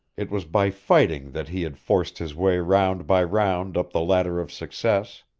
it was by fighting that he had forced his way round by round up the ladder of success.